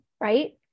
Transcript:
Right